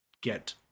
get